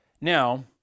Now